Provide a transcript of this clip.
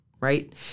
Right